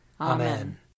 Amen